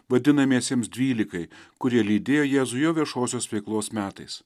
vadinamiesiems dvylikai kurie lydėjo jėzų jo viešosios veiklos metais